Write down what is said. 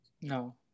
no